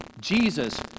Jesus